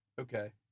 Okay